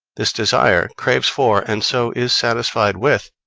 this desire craves for, and so is satisfied with,